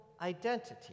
identity